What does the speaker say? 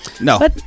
No